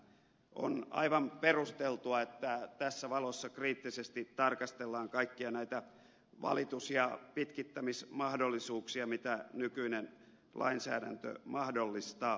on aivan perusteltua että tässä valossa kriittisesti tarkastellaan kaikkia näitä valitus ja pitkittämismahdollisuuksia mitä nykyinen lainsäädäntö mahdollistaa